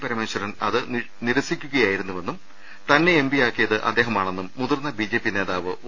പരമേശ്വരൻ അത് നിരസിക്കുകയായിരുന്നുവെന്നും തന്നെ എംപിയാക്കിയത് അദ്ദേഹ മാണെന്നും മുതിർന്ന ബിജെപി നേതാവ് ഒ